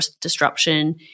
disruption